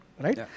Right